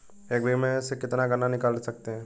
एक बीघे में से कितना गन्ना निकाल सकते हैं?